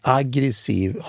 aggressiv